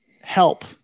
help